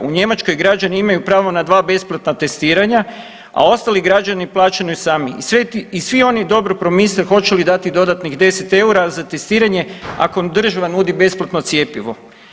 U Njemačkoj građani imaju pravo na 2 besplatna testiranja, a ostali građani plaćaju sami i svi oni dobro promisle hoće li dodatnih 10 EUR-a za testiranje ako im država nudi besplatno cjepivo.